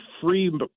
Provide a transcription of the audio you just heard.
free